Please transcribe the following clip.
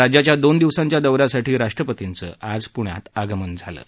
राज्याच्या दोन दिवसांच्या दौऱ्यासाठी राष्ट्रपतींचं आज पुण्यात आगमन झालं आहे